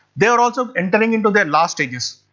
they were also entering into their last stages.